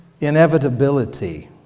inevitability